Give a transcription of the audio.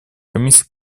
комиссия